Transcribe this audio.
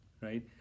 right